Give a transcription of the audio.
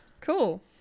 cool